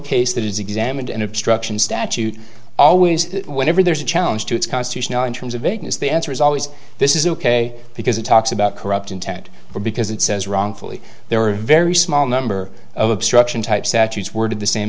case that is examined and obstruction statute always whenever there's a challenge to it's constitutional in terms of vagueness the answer is always this is ok because it talks about corrupt intent or because it says wrongfully there are very small number of obstruction types that use word the same